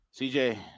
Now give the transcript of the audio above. CJ